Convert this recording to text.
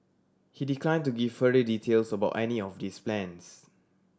he decline to give further details about any of these plans